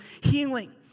healing